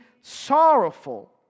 sorrowful